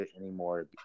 anymore